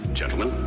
gentlemen